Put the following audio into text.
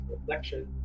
reflection